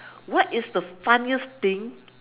what is the funniest thing